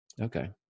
Okay